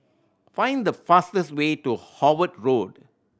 find the fastest way to Howard Road